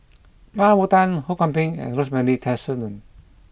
Mah Bow Tan Ho Kwon Ping and Rosemary Tessensohn